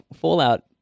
Fallout